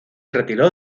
retiró